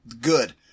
good